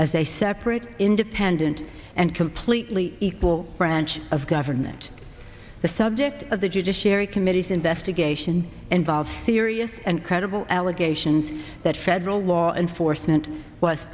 as a separate independent and completely equal branch of government the subject of the judiciary committee's investigation involves serious and credible allegations that federal law enforcement was